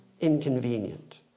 inconvenient